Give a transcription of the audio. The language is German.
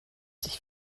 sich